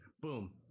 Boom